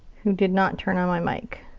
who did not turn on my mic.